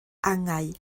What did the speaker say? angau